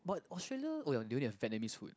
but Australia oh ya they only have Vietnamese food